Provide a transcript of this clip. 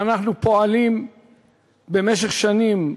אנחנו פועלים במשך שנים,